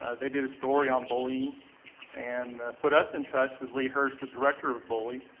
ah they did a story on bullying and put us in touch with lee hirsch, the director of bully.